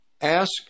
ask